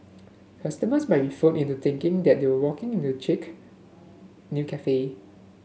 customers might be fooled into thinking that they are walking into chic new cafe